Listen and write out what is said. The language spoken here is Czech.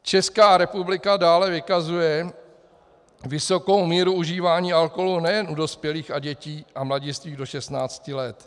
Česká republika dále vykazuje vysokou míru užívání alkoholu nejen u dospělých a dětí a mladistvých do 16 let.